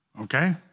okay